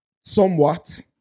somewhat